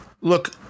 look